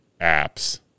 apps